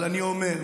אבל אני אומר,